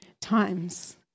times